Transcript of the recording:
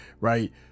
right